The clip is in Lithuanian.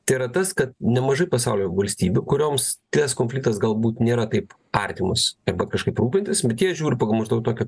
tai yra tas kad nemažai pasaulio valstybių kurioms tas konfliktas galbūt nėra taip artimas arba kažkaip rūpintis bet jie žiūri maždaug tokią